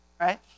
right